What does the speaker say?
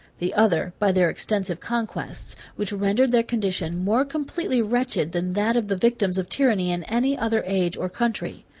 the other by their extensive conquests, which rendered their condition more completely wretched than that of the victims of tyranny in any other age or country.